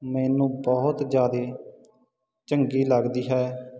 ਮੈਨੂੰ ਬਹੁਤ ਜਿਆਦੇ ਚੰਗੀ ਲੱਗਦੀ ਹੈ